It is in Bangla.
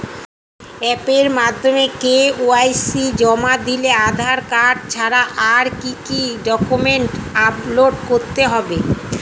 অ্যাপের মাধ্যমে কে.ওয়াই.সি জমা দিলে আধার কার্ড ছাড়া আর কি কি ডকুমেন্টস আপলোড করতে হবে?